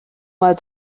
mal